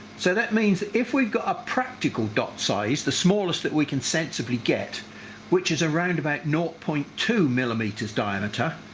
so that means if we've got a practical dot size, the smallest that we can sensibly get which is around about naught point two millimeters diameter,